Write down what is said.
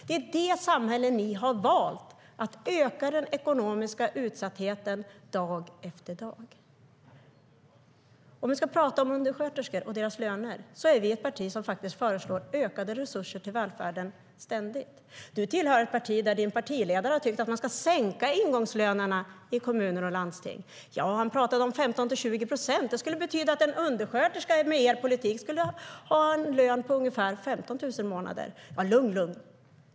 Det här är det samhälle ni har valt, det vill säga att öka den ekonomiska utsattheten dag efter dag. Låt oss prata om undersköterskornas löner. Vänsterpartiet är ett parti som faktiskt ständigt föreslår ökade resurser till välfärden. Erik Ullenhag tillhör ett parti där partiledaren tycker att man ska sänka ingångslönerna i kommuner och landsting. Han pratar om 15-20 procent. Det skulle betyda att en undersköterska med er politik skulle ha en lön på ungefär 15 000 kronor i månaden. Lugn, lugn!